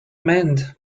mend